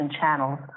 channels